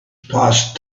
passed